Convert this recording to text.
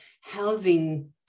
housing